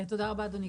תודה רבה, אדוני.